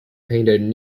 painted